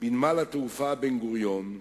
בנמל התעופה בן-גוריון,